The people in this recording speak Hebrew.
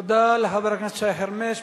תודה לחבר הכנסת שי חרמש.